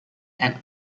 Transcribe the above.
and